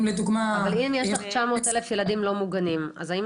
אבל אם יש לך 900 אלף ילדים לא מוגנים אז האם